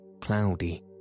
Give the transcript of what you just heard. cloudy